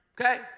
Okay